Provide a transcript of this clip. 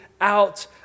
out